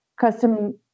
custom